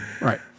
Right